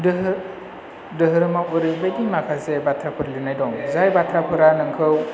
धोरोमाव ओरैबायदि माखासे बाथ्राफोर लिरनाय दं जाय बाथ्राफोरा नोंखौ